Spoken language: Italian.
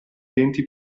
denti